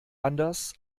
anders